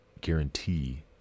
guarantee